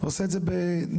עושה את זה נאמנה.